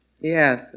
Yes